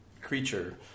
creature